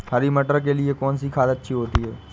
हरी मटर के लिए कौन सी खाद अच्छी होती है?